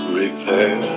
repair